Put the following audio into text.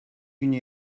günü